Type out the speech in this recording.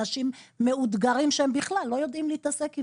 אנשים מאותגרים שהם בכלל לא יודעים להתעסק בזה.